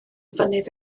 fynydd